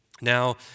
Now